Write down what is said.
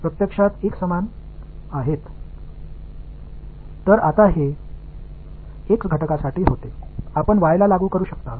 எனவே நீங்கள் 0 ஐப் பெறும்போது இந்த இரண்டு சொற்களும் ஒன்று தான்